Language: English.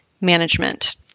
management